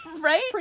right